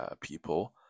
people